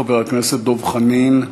חבר הכנסת דב חנין.